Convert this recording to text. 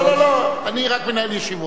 אדוני היושב-ראש, לא, לא, לא, אני רק מנהל ישיבות.